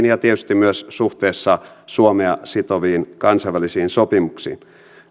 ja tietysti myös suhteessa suomea sitoviin kansainvälisiin sopimuksiin